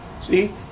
See